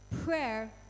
Prayer